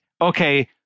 okay